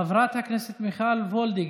חברת הכנסת מיכל וולדיגר,